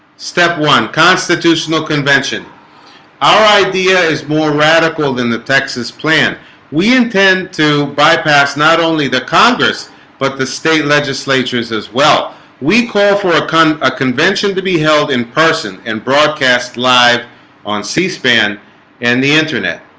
step one constitutional convention our idea is more radical than the texas plan we intend to bypass not only the congress but the state legislatures as well we call for a kind of ah convention to be held in person and broadcast live on c-span and the internet